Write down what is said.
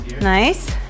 nice